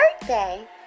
birthday